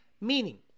Meaning